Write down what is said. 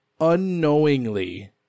unknowingly